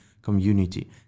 community